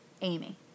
Amy